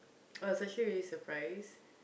I was actually really surprised